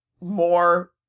more